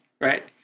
right